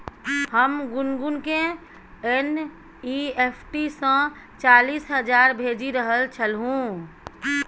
हम गुनगुनकेँ एन.ई.एफ.टी सँ चालीस हजार भेजि रहल छलहुँ